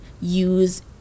use